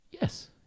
Yes